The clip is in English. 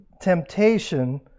temptation